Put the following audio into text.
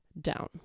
down